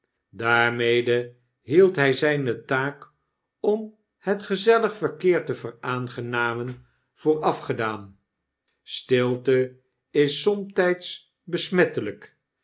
daarmede hield htj zyne taak om het gezellig verkeer te veraangenamen voor afgedaan stilte is somtyds besmettelijk